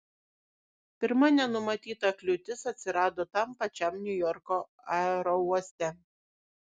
pirma nenumatyta kliūtis atsirado tam pačiam niujorko aerouoste